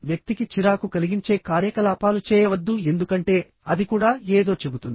వ్యక్తికి చిరాకు కలిగించే కార్యకలాపాలు చేయవద్దు ఎందుకంటే అది కూడా ఏదో చెబుతుంది